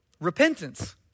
Repentance